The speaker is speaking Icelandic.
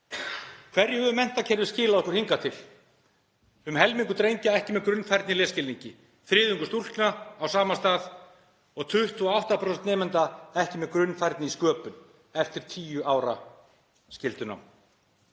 Hverju hefur menntakerfið skilað okkur hingað til? Um helmingur drengja er ekki með grunnfærni í lesskilningi, þriðjungur stúlkna er á sama stað, og 28% nemenda eru ekki með grunnfærni í sköpun eftir tíu ára skyldunám.